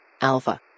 Alpha